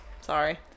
Sorry